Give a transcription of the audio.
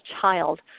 child